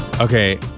Okay